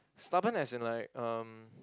stubborn as in like um